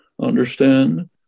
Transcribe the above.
understand